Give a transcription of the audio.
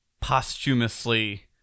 posthumously